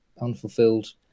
unfulfilled